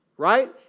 right